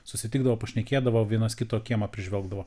susitikdavo pašnekėdavo vienas kito kiemą apžvelgdavo